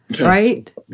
Right